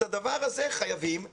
את הדבר הזה חייבים להפסיק.